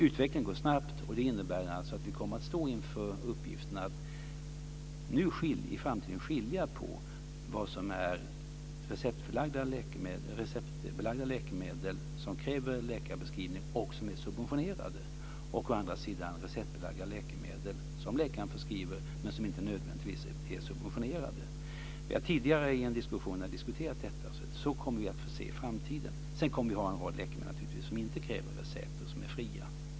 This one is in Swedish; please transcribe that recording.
Utvecklingen går snabbt, och det innebär att vi i framtiden kommer att stå inför uppgiften att skilja på vad som är receptbelagda läkemedel som kräver läkarförskrivning och som är subventionerade och å andra sidan receptbelagda läkemedel som läkaren förskriver men som inte nödvändigtvis är subventionerade. Vi har tidigare diskuterat detta här. Det kommer vi att få se i framtiden. Sedan kommer vi naturligtvis att ha en rad läkemedel som inte kräver recept utan som är fria.